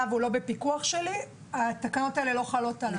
והוא לא בפיקוח שלי התקנות האלה לא חלות עליו.